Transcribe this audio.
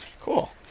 Cool